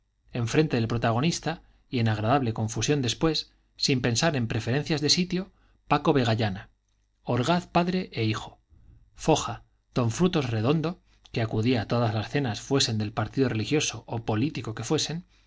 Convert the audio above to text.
enfrente del protagonista y en agradable confusión después sin pensar en preferencias de sitio paco vegallana orgaz padre e hijo foja don frutos redondo que acudía a todas las cenas fuesen del partido religioso o político que fuesen